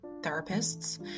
therapists